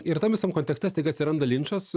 ir tam visam kontekste staiga atsiranda linčas